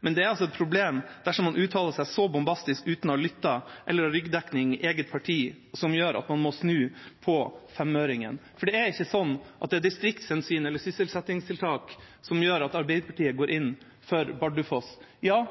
men det er et problem dersom man uttaler seg så bombastisk uten å ha lyttet eller ha ryggdekning i eget parti, og som gjør at man må snu på femøringen. For det er ikke sånn at det er distriktshensyn eller sysselsettingstiltak som gjør at Arbeiderpartiet går inn for Bardufoss. Ja,